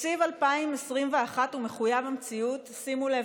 "תקציב 2021 הוא מחויב המציאות" שימו לב,